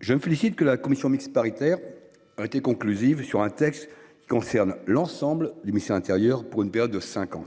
Je me félicite que la commission mixte paritaire a été conclusive sur un texte concerne l'ensemble l'missions intérieur pour une période de 5 ans.--